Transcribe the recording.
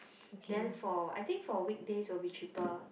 then for I think for weekdays will be cheaper